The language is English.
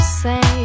say